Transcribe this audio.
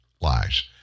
Lies